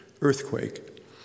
Earthquake